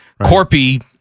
Corpy